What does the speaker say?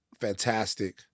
fantastic